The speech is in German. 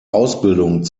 ausbildung